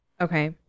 okay